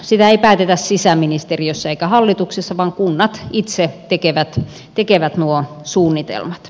sitä ei päätetä sisäministeriössä eikä hallituksessa vaan kunnat itse tekevät nuo suunnitelmat